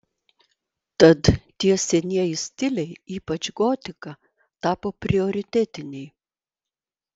tad tie senieji stiliai ypač gotika tapo prioritetiniai